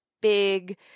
big